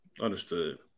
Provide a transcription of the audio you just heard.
Understood